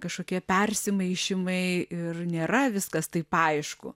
kažkokie persimaišymai ir nėra viskas taip aišku